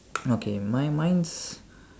okay my mine's